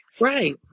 Right